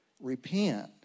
repent